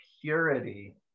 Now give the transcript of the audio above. purity